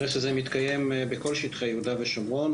אלא שזה מתקיים בכל שטחי יהודה ושומרון,